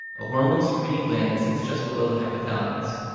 a hormone-secreting gland that sits just below the hypothalamus.